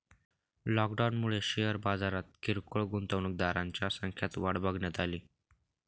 लॉकडाऊनमुळे शेअर बाजारात किरकोळ गुंतवणूकदारांच्या संख्यात वाढ बघण्यात अली